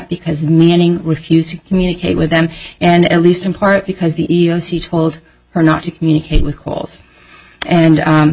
because manning refused to communicate with them and at least in part because the e e o c told her not to communicate with calls and